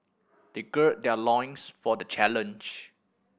they gird their loins for the challenge